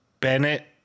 Bennett